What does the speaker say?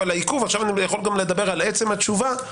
העיכוב אלא אני מדבר על עצם התשובה.